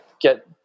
get